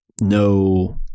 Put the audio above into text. no